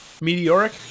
Meteoric